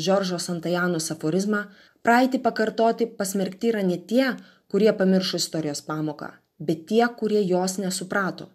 džordžo santajanos aforizmą praeitį pakartoti pasmerkti yra ne tie kurie pamiršo istorijos pamoką bet tie kurie jos nesuprato